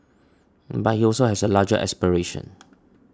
but he also has a larger aspiration